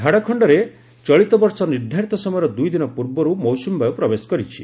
ଝାଡ଼ଖଣ୍ଡରେ ଚଳିତବର୍ଷ ନିର୍ଦ୍ଧାରିତ ସମୟର ଦୁଇଦିନ ପୂର୍ବରୁ ମୌସୁମୀବାୟୁ ପ୍ରବେଶ କରିଛି